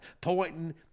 pointing